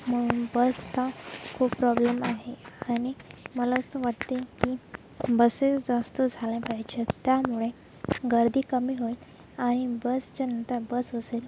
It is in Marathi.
म्हणून बसचा खूप प्रॉब्लेम आहे आणि मला असं वाटते की बसेस जास्त झाल्या पाहिजेत त्यामुळे गर्दी कमी होईल आणि बसच्यानंतर बस असेल